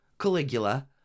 Caligula